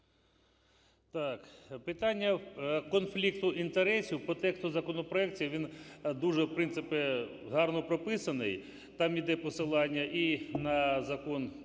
О.В. Питання конфлікту інтересів по тексту законопроекту воно дуже, в принципі, гарно прописано. Там іде посилання і на Закон про